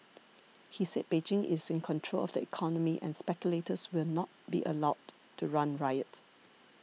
he said Beijing is in control of the economy and speculators will not be allowed to run riot